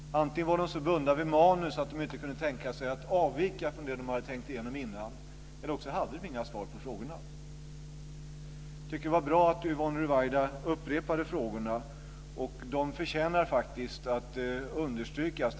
Antingen var de så bundna vid manus att de inte kunde tänka sig att avvika från det som de hade tänkt igenom innan eller också hade de inga svar på frågorna. Det var bra att Yvonne Ruwaida upprepade frågorna. De förtjänar faktiskt att understrykas.